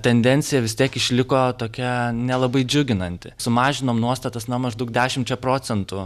tendencija vis tiek išliko tokia nelabai džiuginanti sumažinom nuostatas na maždaug dešimčia procentų